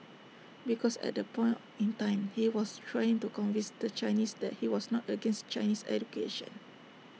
because at that point in time he was trying to convince the Chinese that he was not against Chinese education